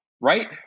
right